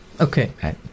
Okay